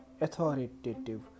authoritative